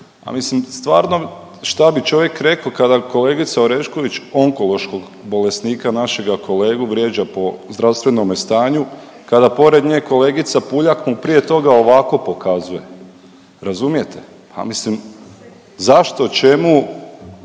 Pa mislim stvarno, šta bi čovjek rekao kad kolegica Orešković onkološkog bolesnika, našega kolegu vrijeđa po zdravstvenome stanju, kada pored nje kolegica Puljak mu prije toga ovako pokazuje, razumijete? A mislim zašto, čemu